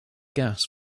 gas